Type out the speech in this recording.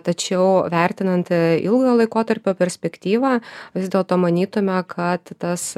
tačiau vertinant ilgo laikotarpio perspektyvą vis dėlto manytume kad tas